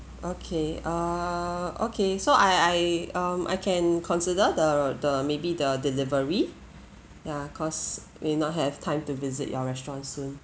okay err okay so I I um I can consider the the maybe the delivery ya cause will not have time to visit your restaurants soon